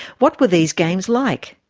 what were these games like?